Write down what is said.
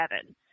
seven